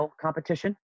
competition